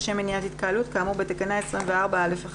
לשם מניעת התקהלות כאמור בתקנה 24(א)(1).